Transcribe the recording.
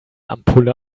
ampulle